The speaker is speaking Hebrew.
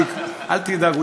אל תדאג,